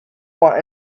want